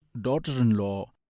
daughter-in-law